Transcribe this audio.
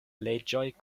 leĝoj